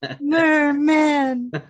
Merman